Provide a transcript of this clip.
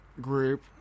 group